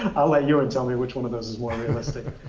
i'll let ewen tell me which one of those is more realistic.